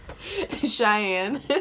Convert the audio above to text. Cheyenne